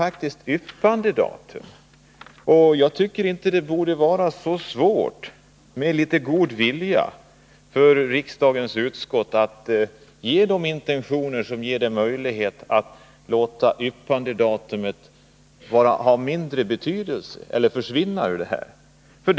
Med litet god vilja borde det inte — 12 november 1980 vara så svårt för socialförsäkringsutskottet att visa sådana intentioner som gör det möjligt att yppandedatum får mindre betydelse eller försvinner som avgörande faktor vid bedömningen.